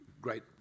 great